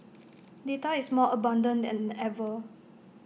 data is more abundant than ever